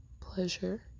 pleasure